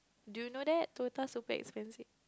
do you know that Toyota super expensive